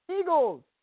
Eagles